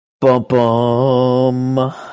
Bum-bum